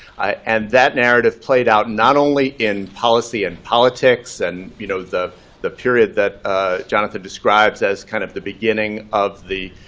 and that narrative played out not only in policy and politics. and you know the the period that ah jonathan describes as kind of the beginning of the